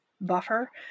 buffer